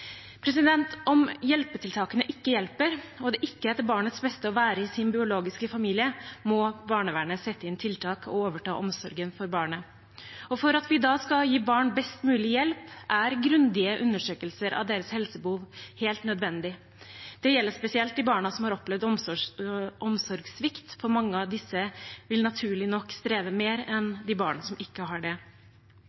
Om hjelpetiltakene ikke hjelper og det ikke er til barnets beste å være i sin biologiske familie, må barnevernet sette inn tiltak og overta omsorgen for barnet. For at vi da skal gi barn best mulig hjelp, er grundige undersøkelser av deres helsebehov helt nødvendig. Det gjelder spesielt de barna som har opplevd omsorgssvikt, for mange av disse vil naturlig nok streve mer enn